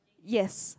yes